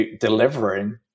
delivering